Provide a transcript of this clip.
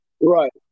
right